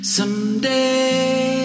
someday